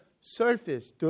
surface